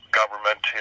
government